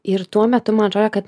ir tuo metu man atrodė kad